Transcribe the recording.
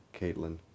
Caitlin